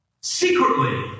secretly